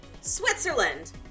Switzerland